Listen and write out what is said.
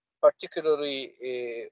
particularly